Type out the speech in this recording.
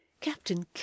Captain